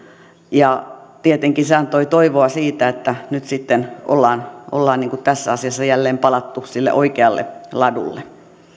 tietenkin se antoi toivoa siitä että nyt sitten ollaan ollaan tässä asiassa jälleen palattu sille oikealle ladulle